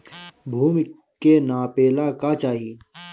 भूमि के नापेला का चाही?